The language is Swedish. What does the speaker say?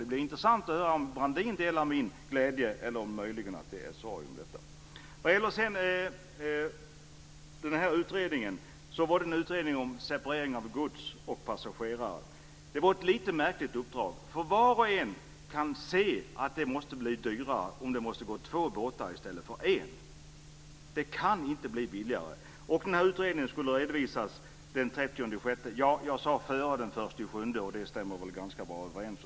Det blir intressant att höra om Brandin delar min glädje eller om han möjligen känner sorg för detta. Sedan gäller det den här utredningen. Det var en utredning om separering av gods och passagerare. Det var ett lite märkligt uppdrag. Var och en kan ju se att det måste bli dyrare om det måste gå två båtar i stället för en. Det kan inte bli billigare. Den här utredningen skulle ha redovisats den 30 juni. Jag sade före den 1 juli. Det stämmer väl ganska bra överens.